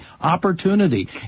opportunity